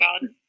God